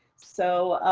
so,